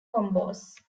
combos